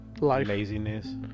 Laziness